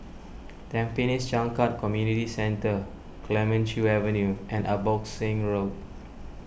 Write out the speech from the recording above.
Tampines Changkat Community Centre Clemenceau Avenue and Abbotsingh Road